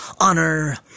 honor